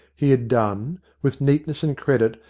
he had done, with neatness and credit,